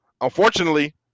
Unfortunately